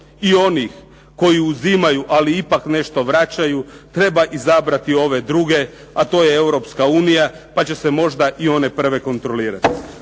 i onih koji uzimaju, ali ipak nešto vraćaju treba izabrati ove druge, a to je Europska unija, pa će se možda i one prve kontrolirati.